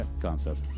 concept